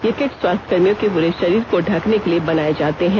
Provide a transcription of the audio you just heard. ये किट स्वास्थ्यकर्मियों के पूरे शरीर को ढकने के लिए बनाए जाते हैं